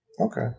Okay